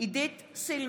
בהצבעה עידית סילמן,